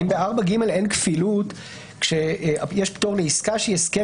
האם ב-4ג אין כפילות כשיש פטור לעסקה שהיא הסכם